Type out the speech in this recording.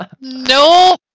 No